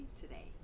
today